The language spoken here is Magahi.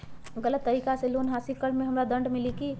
गलत तरीका से लोन हासिल कर्म मे हमरा दंड मिली कि?